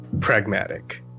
pragmatic